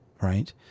Right